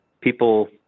people